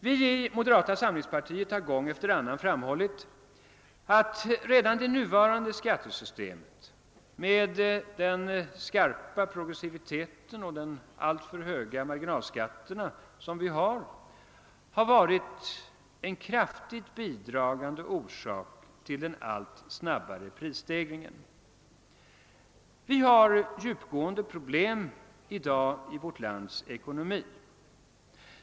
Vi i moderata samlingspartiet har gång efter annan framhållit, att redan det nuvarande skattesystemet med den skarpa progressiviteten och de alltför höga marginalskatterna har varit en kraftigt bidragande orsak till den allt snabbare prisstegringen. Vi har i dag djupgående problem i vårt lands ekonomi.